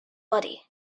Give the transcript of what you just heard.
body